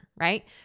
right